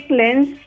lens